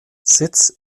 sitz